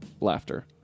laughter